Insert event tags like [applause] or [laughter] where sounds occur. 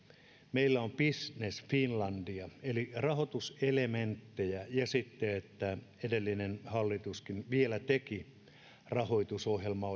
meillä on business finlandia eli rahoituselementtejä ja sitten edellinen hallituskin vielä teki rahoitusohjelmaa [unintelligible]